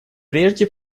прежде